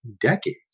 decades